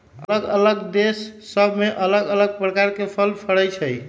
अल्लग अल्लग देश सभ में अल्लग अल्लग प्रकार के फल फरइ छइ